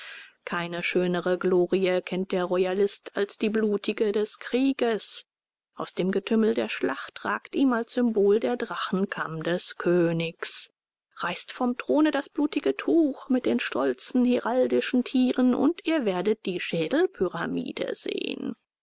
keine schönere glorie kennt der royalist als die blutige des krieges aus dem getümmel der schlacht ragt ihm als symbol der drachenkamm des königs reißt vom throne das bunte tuch mit den stolzen heraldischen tieren und ihr werdet die schädelpyramide sehen